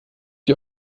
ihr